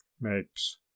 makes